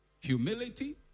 humility